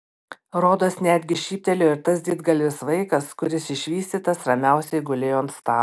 rodos netgi šyptelėjo ir tas didgalvis vaikas kuris išvystytas ramiausiai gulėjo ant stalo